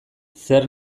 zer